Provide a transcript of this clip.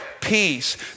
peace